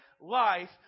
life